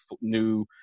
new